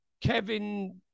Kevin